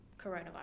coronavirus